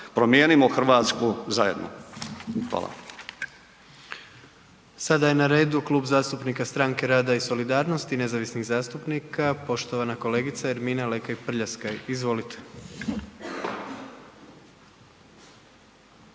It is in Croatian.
Promijenimo Hrvatsku završno će